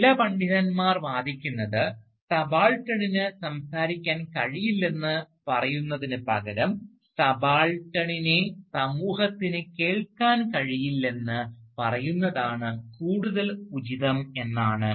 അതിനാൽ ചില പണ്ഡിതന്മാർ വാദിക്കുന്നത് സബാൾട്ടണിന് സംസാരിക്കാൻ കഴിയില്ലെന്ന് പറയുന്നതിനുപകരം സബാൾട്ടണിനെ സമൂഹത്തിന് കേൾക്കാൻ കഴിയില്ലെന്ന് പറയുന്നതാണ് കൂടുതൽ ഉചിതം എന്നാണ്